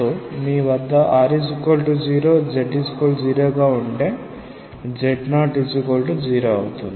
కాబట్టి మీ వద్ద r0 z0 గా ఉంటే z00అవుతుంది